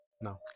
No